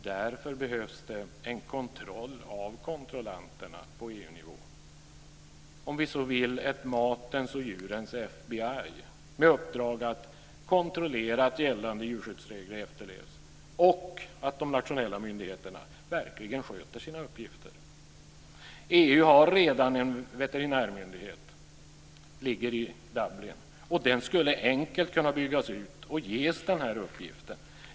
Därför behövs det en kontroll av kontrollanterna på EU-nivå, ett matens och djurens FBI om vi så vill med uppdrag att kontrollera att gällande djurskyddsregler efterlevs och att de nationella myndigheterna verkligen sköter sina uppgifter. EU har redan en veterinärmyndighet som ligger i Dublin. Den skulle enkelt kunna byggas ut och ges denna uppgift.